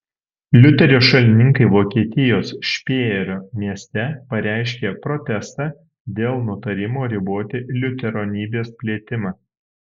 liuterio šalininkai vokietijos špėjerio mieste pareiškė protestą dėl nutarimo riboti liuteronybės plitimą